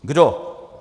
Kdo?